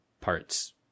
parts